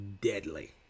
deadly